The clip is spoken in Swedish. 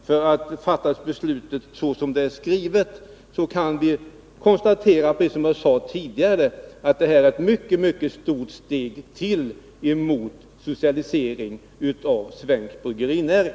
Fattar vi beslutet enligt det sätt förslaget är skrivet på kan vi konstatera, precis som jag sade tidigare, att det innebär ännu ett mycket stort steg mot socialisering av svensk bryggerinäring.